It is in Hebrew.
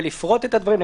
ולפרוט את הדברים.